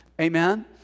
amen